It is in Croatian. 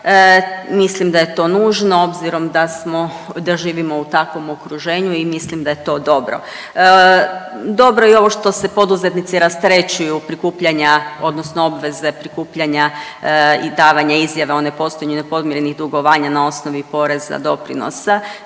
Mislim da je to nužno obzirom da smo, da živimo u takvom okruženju i mislim da je to dobro. Dobro je i ovo što se poduzetnici rasterećuju prikupljanja, odnosno obveze prikupljanja i davanja izjave o nepostojanju nepodmirenih dugovanja na osnovi poreza, doprinosa